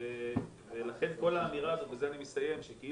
ולכן כל האמירה הזאת שהמגבלות